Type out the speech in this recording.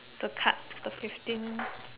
the card the fifteen